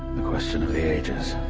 the question of the ages.